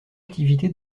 activité